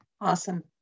Awesome